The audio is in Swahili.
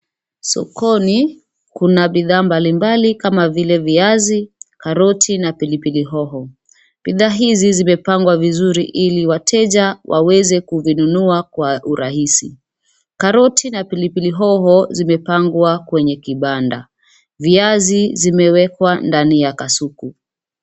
Sokoni kuna bidhaa mbali mbali kama vile viazi, karoti na pilipili hoho. Bidhaa hizi zimepangwa vizuri ili wateja waweze kuvinunua kwa urahisi. Karoti na pilipili hoho zimepangwa kwenye kibanda. Viazi zimewekewa ndani ya kasuku.